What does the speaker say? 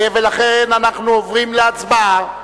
ולכן אנחנו עוברים להצבעה.